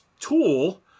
tool